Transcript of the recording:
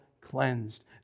cleansed